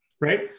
right